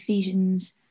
Ephesians